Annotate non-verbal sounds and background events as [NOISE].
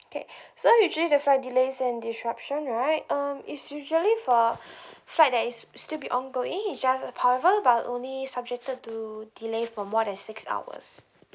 okay [BREATH] so usually the flight delays and disruption right um is usually for [BREATH] flight that is s~ still be ongoing it's just however but only subjected to delay for more than six hours